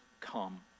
come